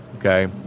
Okay